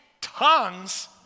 tongues